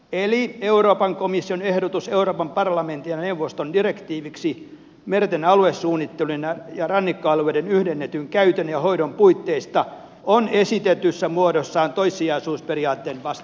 eli euroopan komission ehdotus euroopan parlamentin ja neuvoston direktiiviksi merten aluesuunnittelun ja rannikkoalueiden yhdennetyn käytön ja hoidon puitteista on esitetyssä muodossaan toissijaisuusperiaatteen vastainen